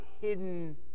hidden